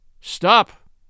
Stop